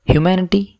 Humanity